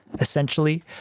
essentially